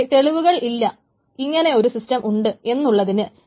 പക്ഷെ തെളിവുകൾ ഇല്ല ഇങ്ങനെ ഒരു സിംസ്റ്റം ഉണ്ട് എന്നുള്ളതിന്